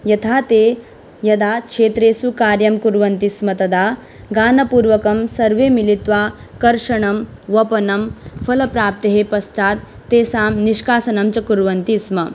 यथा ते यदा क्षेत्रेषु कार्यं कुर्वन्ति स्म तदा गानपूर्वकं सर्वे मिलित्वा कर्षणं वपनं फलप्राप्तेः पश्चात् तेषां निष्कासनं च कुर्वन्ति स्म